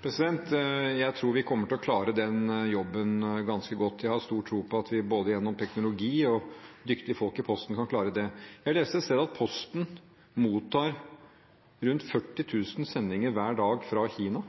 Jeg tror vi kommer til å klare den jobben ganske godt. Jeg har stor tro på at vi både gjennom teknologi og dyktige folk i Posten kan klare det. Jeg leste et sted at Posten mottar rundt 40 000 sendinger hver dag fra Kina.